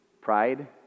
Pride